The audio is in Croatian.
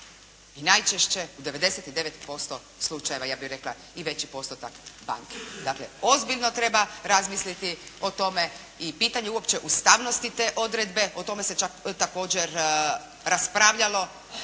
i najčešće u 99% slučajeva ja bih rekla i veći postotak banke. Dakle, ozbiljno treba razmisliti o tome i pitanje uopće ustavnosti te odredbe. O tome se čak također raspravljalo